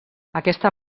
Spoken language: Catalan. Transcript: aquesta